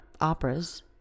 operas